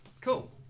Cool